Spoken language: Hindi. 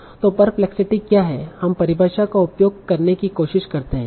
तों परप्लेक्सिटी क्या है हम परिभाषा का उपयोग करने की कोशिश करते हैं